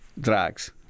Drugs